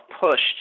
pushed